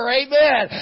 amen